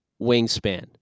wingspan